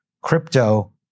crypto